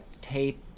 tape